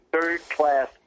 third-class